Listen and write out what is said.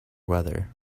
weather